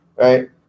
Right